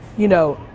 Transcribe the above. you know,